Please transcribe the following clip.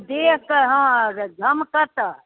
देहके हँ झमकत